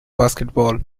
basketball